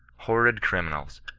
horrid criminals,